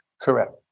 Correct